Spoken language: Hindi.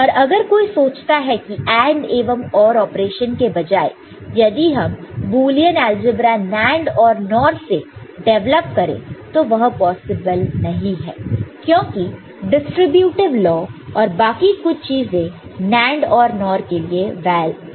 और अगर कोई सोचता है कि AND एवं OR ऑपरेशन के बजाय यदि हम बुलियन अलजेब्रा NAND और NOR से डेवलप करें तो वह पॉसिबल नहीं है क्योंकि डिस्ट्रीब्यूटीव लॉ और बाकी कुछ चीजें NAND और NOR के लिए वैलिड नहीं है